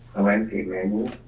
of landscape manual.